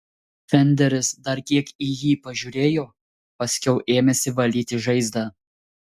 fenderis dar kiek į jį pažiūrėjo paskiau ėmėsi valyti žaizdą